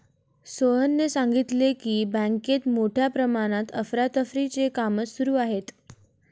सोहनने सांगितले की, बँकेत मोठ्या प्रमाणात अफरातफरीचे काम सुरू आहे